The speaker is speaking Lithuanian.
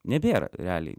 nebėra realiai